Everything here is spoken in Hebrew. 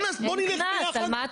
איזה קנס?